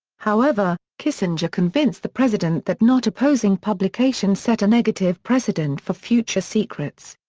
however, kissinger convinced the president that not opposing publication set a negative precedent for future secrets.